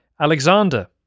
Alexander